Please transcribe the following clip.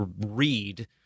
read